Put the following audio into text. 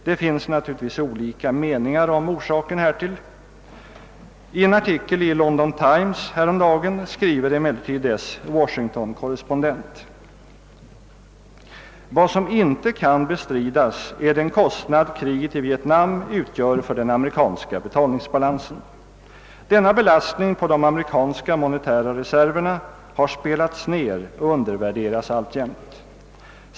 Det finns naturligtvis olika meningar om orsaken härtill. I en artikel i London Times häromdagen skriver emellertid dess Washingtonkorrespondent: »Vad som inte kan bestridas är den kostnad kriget i Vietnam utgör för den amerikanska betalningsbalansen. Denna belastning på de amerikanska monetära reserverna har spelats ner och undervärderas alltjämt.